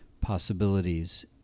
possibilities